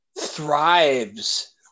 thrives